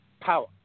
power